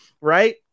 right